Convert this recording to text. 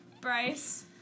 Bryce